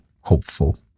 hopeful